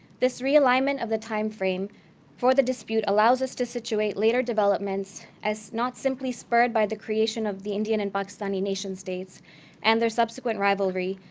this realignment of the time frame for the dispute allows us to situate later developments as not simply spurred by the creation of the indian and pakistani nation states and their subsequent rivalry,